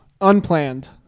Unplanned